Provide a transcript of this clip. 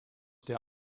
der